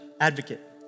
advocate